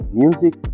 music